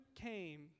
came